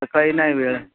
सकाळी नाही वेळ